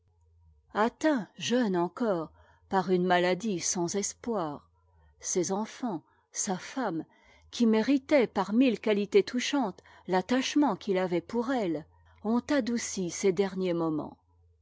atteint jeune encore par une maladie sans espoir ses enfants sa femme qui méritait par mille qualités touchantes l'attachement qu'il avait pour elle ont adouci ses derniers moments